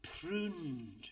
Pruned